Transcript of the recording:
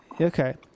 okay